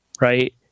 right